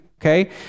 Okay